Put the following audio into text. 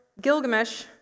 Gilgamesh